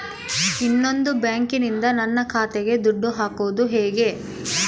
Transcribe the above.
ಇನ್ನೊಂದು ಬ್ಯಾಂಕಿನಿಂದ ನನ್ನ ಖಾತೆಗೆ ದುಡ್ಡು ಹಾಕೋದು ಹೇಗೆ?